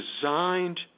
designed